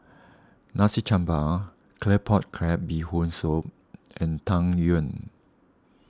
Nasi Campur Claypot Crab Bee Hoon Soup and Tang Yuen